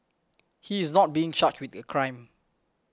he is not being charged with a crime